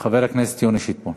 חבר הכנסת יוני שטבון.